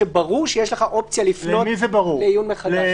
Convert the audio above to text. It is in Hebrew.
שברור שיש לך אופציה לפנות לעיון מחדש.